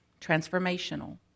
transformational